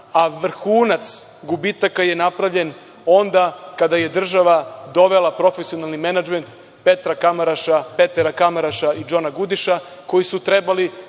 a vrhunac gubitaka je napravljen onda kada je država dovela profesionalni menadžment Petera Kamaraša i Džona Gudiša, koji su trebali